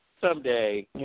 someday